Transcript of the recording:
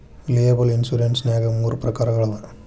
liable insurance ನ್ಯಾಗ್ ಮೂರ ಪ್ರಕಾರಗಳವ